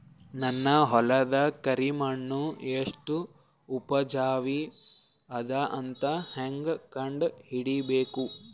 ನನ್ನ ಹೊಲದ ಕರಿ ಮಣ್ಣು ಎಷ್ಟು ಉಪಜಾವಿ ಅದ ಅಂತ ಹೇಂಗ ಕಂಡ ಹಿಡಿಬೇಕು?